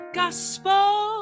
gospel